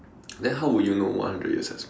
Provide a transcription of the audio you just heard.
then how would you know one hundred years has start